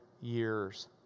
years